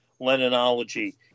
Leninology